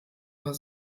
war